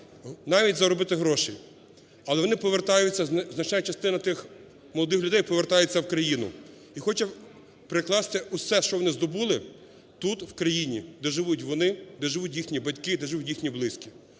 вони повертаються, значна частина тих молодих людей, повертаються в країну і хоче прикласти все, що вони здобули тут в країні, де живуть вони, де живуть їхні батьки, де живуть їхні близькі.